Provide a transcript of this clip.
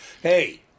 Hey